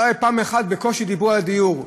אולי פעם אחת בקושי דיברו על הדיור.